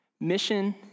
Mission